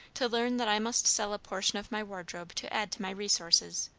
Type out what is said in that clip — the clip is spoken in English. to learn that i must sell a portion of my wardrobe to add to my resources,